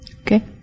Okay